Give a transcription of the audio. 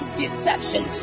deception